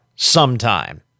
Sometime